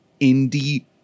indie